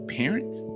parents